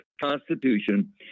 Constitution